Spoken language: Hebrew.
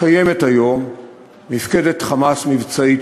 קיימת היום מפקדת "חמאס" מבצעית,